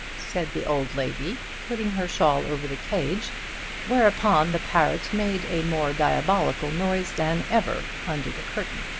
said the old lady putting her shawl over the cage whereupon the parrot made a more diabolical noise than ever under the curtain.